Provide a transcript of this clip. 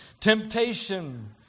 temptation